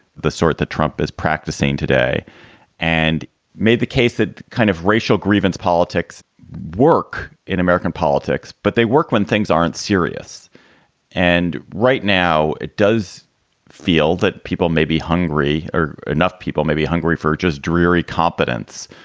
the sort that trump is practicing today and made the case that kind of racial grievance politics work in american politics. but they work when things aren't serious and right now, it does feel that people may be hungry enough. people may be hungry for just dreary competence.